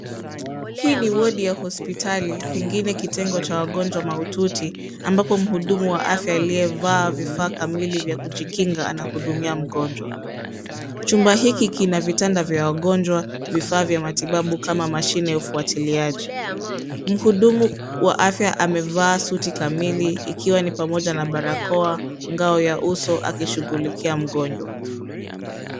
Hii ni wodi ya hospitali pengine kitengo cha wagonjwa mahututi ambapo mhudumu wa afya aliyevaa vifaa kamili vya kujikinga anahudumia mgonjwa. Chumba hiki kina vitanda vya wagonjwa, vifaa vya matibabu kama mashine ya ufuatiliaji. Mhudumu wa afya amevaa suti kamili ikiwa ni pamoja na barakoa, ngao ya uso akushughulikia mgonjwa.